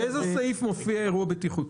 באיזה סעיף מופיע אירוע בטיחותי?